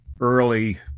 early